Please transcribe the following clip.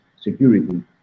security